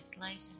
later